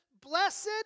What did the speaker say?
blessed